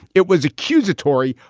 it was accusatory.